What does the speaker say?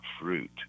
fruit